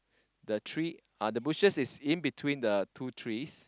the tree uh the bushes is in between the two trees